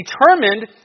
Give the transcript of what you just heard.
determined